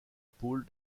pole